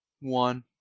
One